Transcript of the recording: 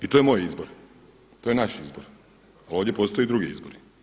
I to je moj izbor, to je naš izbor ali ovdje postoje i drugi izbori.